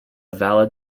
valid